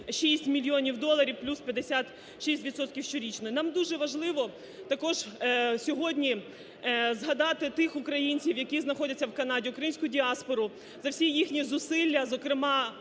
36 мільйонів доларів, плюс 56 відсотків щорічно. І нам дуже важливо також сьогодні згадати тих українців, які знаходяться в Канаді, українську діаспору, за всі їхні зусилля, зокрема